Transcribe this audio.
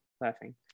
laughing